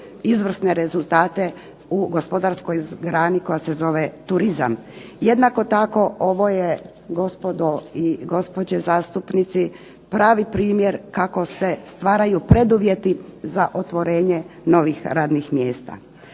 izvrsne rezultate u gospodarskoj grani koja se zove turizam. Jednako tako ovo je gospodo i gospođe zastupnici pravi primjer kako se stvaraju preduvjeti za otvorenje novih radnih mjesta.